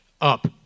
up